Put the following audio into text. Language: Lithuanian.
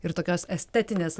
ir tokios estetinės